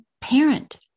Parent